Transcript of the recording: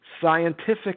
scientific